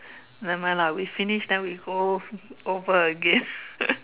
never mind lah we finish then we go over again